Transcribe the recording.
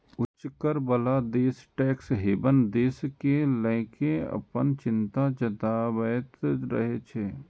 उच्च कर बला देश टैक्स हेवन देश कें लए कें अपन चिंता जताबैत रहै छै